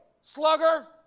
slugger